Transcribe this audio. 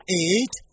eight